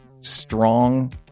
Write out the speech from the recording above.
strong